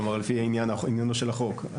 לפי עניינו של החוק.